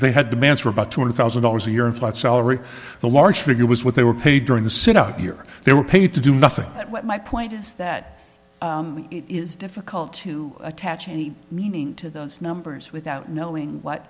they had demands for about two hundred thousand dollars a year in flight salary the large figure was what they were paid during the sit out year they were paid to do nothing but my point is that it is difficult to attach any meaning to those numbers without knowing what